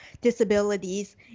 disabilities